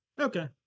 Okay